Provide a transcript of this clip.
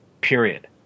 period